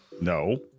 No